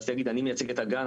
אני מייצג את אגן.